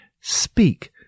speak